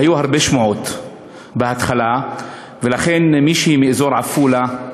היו הרבה שמועות בהתחלה, ולכן מישהי מאזור עפולה,